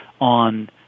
on